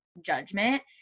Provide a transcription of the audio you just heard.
judgment